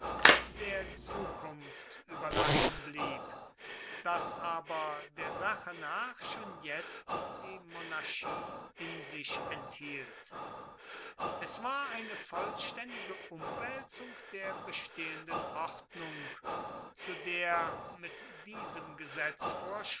der zukunft überlassen blieb das aber der sache nach schon jetzt die monarchie in sich enthielt es war eine vollständige umwälzung der bestehenden ordnung zu der mit diesem